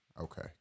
Okay